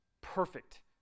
perfect